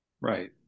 Right